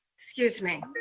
excuse me.